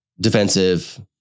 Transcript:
defensive